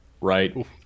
right